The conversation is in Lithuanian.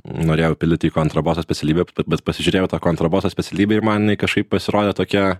norėjau pildyti į kontraboso specialybę bet pasižiūrėjau į tą kontraboso specialybę ir man jinai kažkaip pasirodė tokia